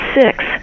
six